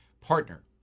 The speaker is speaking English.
partner